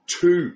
two